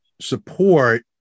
support